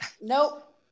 nope